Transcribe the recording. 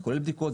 זה כולל בדיקות,